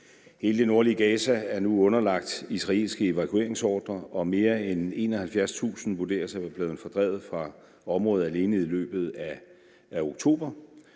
Hele det nordlige Gaza er underlagt israelske evakueringsordrer, og mere end 71.000 vurderes at være blevet fordrevet fra området alene i løbet af oktober.